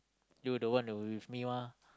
you were the one who with me mah